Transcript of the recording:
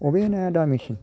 बबे नाया दामिसिन